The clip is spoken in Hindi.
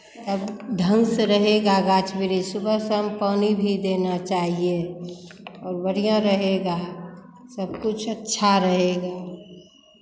तब ढंग से रहेगा गाछ वृक्ष सुबह शाम पानी भी देना चाहिये और बढ़ियाँ रहेगा सब कुछ अच्छा रहेगा